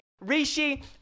Rishi